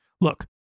Look